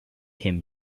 him